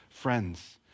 Friends